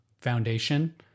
foundation